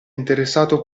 interessato